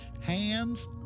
hands